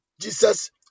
Jesus